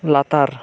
ᱞᱟᱛᱟᱨ